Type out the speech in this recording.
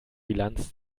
bilanz